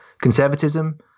conservatism